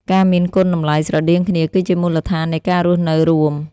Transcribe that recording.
ការមានគុណតម្លៃស្រដៀងគ្នាគឺជាមូលដ្ឋាននៃការរស់នៅរួម។